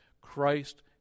Christ